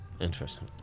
Interesting